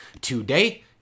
today